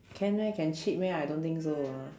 can meh can cheat meh I don't think so ah